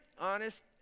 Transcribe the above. honest